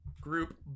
group